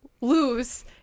lose